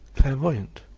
clairvoyant,